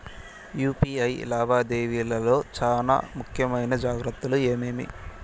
UPI లావాదేవీల లో చానా ముఖ్యమైన జాగ్రత్తలు ఏమేమి?